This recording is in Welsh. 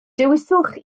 dewiswch